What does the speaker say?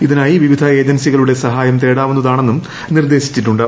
ഇതിനായി വിവിധ ഏജൻസികളുടെ സഹായം തേടാവുന്നതാണെന്നും നിർദ്ദേശിച്ചിട്ടുണ്ട്